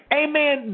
amen